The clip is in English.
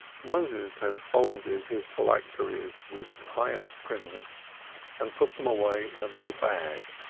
moses had folded his phylacteries with pious primness and put them away in a little bag,